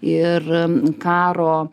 ir karo